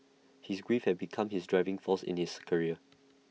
his grief had become his driving force in his career